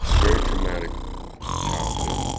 very traumatic childhood.